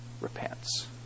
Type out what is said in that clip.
repents